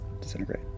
Disintegrate